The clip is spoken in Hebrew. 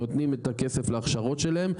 נותנים את הכסף להכשרות שלהם,